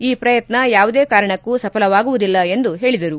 ಈ ಪ್ರಯತ್ನ ಯಾವುದೇ ಕಾರಣಕ್ಕೂ ಸಫಲವಾಗುವುದಿಲ್ಲ ಎಂದು ಹೇಳಿದರು